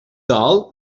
dol